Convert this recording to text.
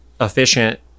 efficient